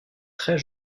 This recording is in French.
très